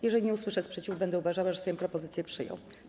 Jeżeli nie usłyszę sprzeciwu, będę uważała, że Sejm propozycje przyjął.